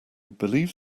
believe